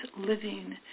living